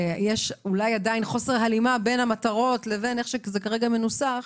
ויש אולי עדיין חוסר הלימה בין המטרות לבין איך שזה כרגע מנוסח.